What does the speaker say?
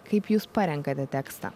kaip jūs parenkate tekstą